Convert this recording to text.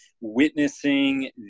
witnessing